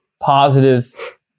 positive